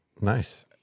nice